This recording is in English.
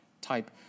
type